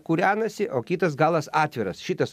kūrenasi o kitas galas atviras šitas